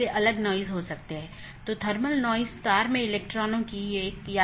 update message मूल रूप से BGP साथियों के बीच से रूटिंग जानकारी है